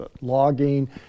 logging